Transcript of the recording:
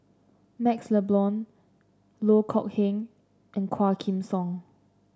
MaxLe Blond Loh Kok Heng and Quah Kim Song